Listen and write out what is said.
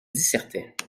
dissertait